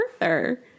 further